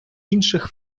інших